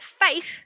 faith